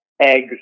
eggs